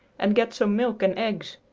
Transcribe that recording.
and get some milk and eggs.